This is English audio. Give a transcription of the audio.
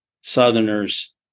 Southerners